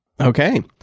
Okay